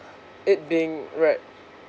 it being right